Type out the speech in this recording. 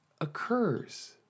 occurs